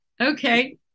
Okay